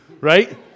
Right